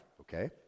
okay